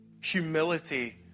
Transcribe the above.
humility